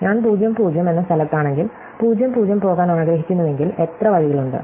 ഞാൻ 00 എന്ന സ്ഥലത്താണെങ്കിൽ 00 പോകാൻ ആഗ്രഹിക്കുന്നുവെങ്കിൽ എത്ര വഴികളുണ്ട്